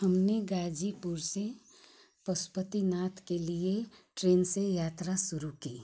हमने गाजीपुर से पशुपतिनाथ के लिए ट्रेन से यात्रा शुरू की